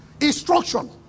Instruction